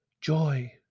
joy